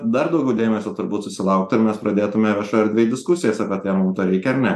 dar daugiau dėmesio turbūt susilaukti ir mes pradėtume viešoj erdvėj diskusijas apie tai ar mum to reikia ar ne